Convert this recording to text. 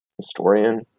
historian